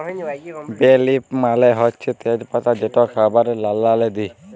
বে লিফ মালে হছে তেজ পাতা যেট খাবারে রাল্লাল্লে দিই